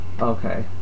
Okay